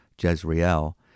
Jezreel